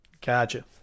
Gotcha